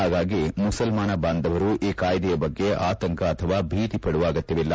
ಹಾಗಾಗಿ ಮುಸಲ್ಮಾನ ಬಾಂಧವರು ಈ ಕಾಯ್ದೆಯ ಬಗ್ಗೆ ಆತಂಕ ಅಥವಾ ಭೀತಿಪಡುವ ಅಗತ್ಯವಿಲ್ಲ